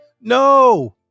no